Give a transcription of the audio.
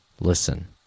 Listen